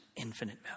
infinite